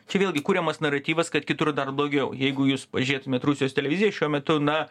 čia vėlgi kuriamas naratyvas kad kitur dar blogiau jeigu jūs pažiūrėtumėt rusijos televiziją šiuo metu na